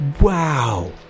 wow